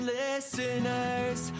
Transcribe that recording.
listeners